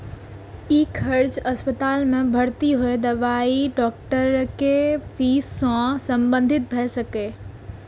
ई खर्च अस्पताल मे भर्ती होय, दवाई, डॉक्टरक फीस सं संबंधित भए सकैए